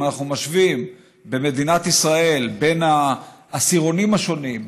אם אנחנו משווים במדינת ישראל בין העשירונים השונים,